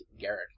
Garrett